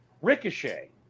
Ricochet